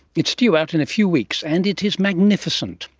it's due out in a few weeks and it is magnificent,